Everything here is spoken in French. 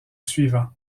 suivant